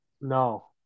No